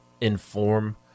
Inform